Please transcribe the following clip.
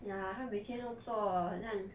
ya 他每天都做的很像